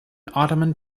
ottoman